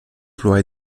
emploie